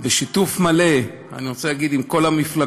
אני רוצה להגיד, בשיתוף מלא עם כל המפלגות,